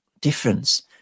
difference